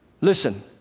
Listen